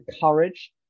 courage